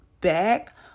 back